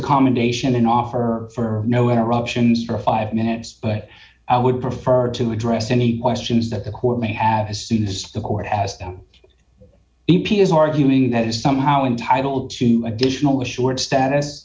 accommodation off her for no interruptions for five minutes but i would prefer to address any questions that the court may have as soon as the court has them e p is arguing that is somehow entitled to additional assured status